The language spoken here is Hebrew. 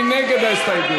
מי נגד ההסתייגות?